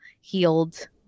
healed